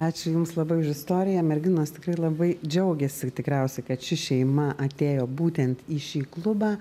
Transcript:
ačiū jums labai už istoriją merginos tikrai labai džiaugiasi tikriausiai kad ši šeima atėjo būtent į šį klubą